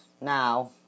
now